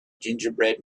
gingerbread